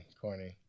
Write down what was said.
corny